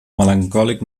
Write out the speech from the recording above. melancòlic